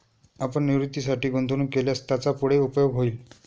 आपण निवृत्तीसाठी गुंतवणूक केल्यास त्याचा पुढे उपयोग होईल